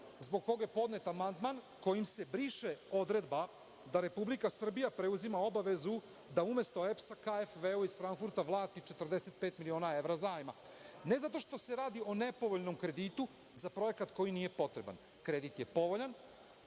zbog kojeg je podnet amandman kojim se briše odredba da Republika Srbija preuzima obavezu, da umesto EPS-a, KFV-u iz Frankfurta, vrati 45 miliona evra zajma, ne zato što se radi o nepovoljnom kreditu za projekat koji nije potreban. Kredit je povoljan,